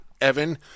Evan